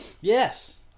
Yes